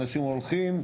אנשים הולכים,